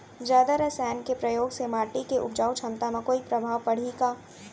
जादा रसायन के प्रयोग से माटी के उपजाऊ क्षमता म कोई प्रभाव पड़ही का?